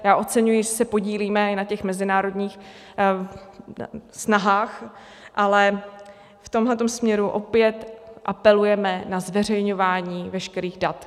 Já oceňuji, že se podílíme i na těch mezinárodních snahách, ale v tomhle směru opět apelujeme na zveřejňování veškerých dat.